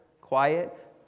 quiet